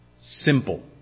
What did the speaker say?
simple